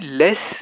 less